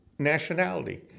Nationality